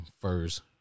first